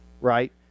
right